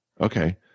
Okay